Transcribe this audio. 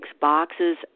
boxes